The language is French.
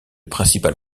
principal